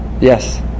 Yes